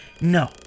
No